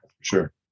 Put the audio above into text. sure